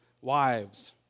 wives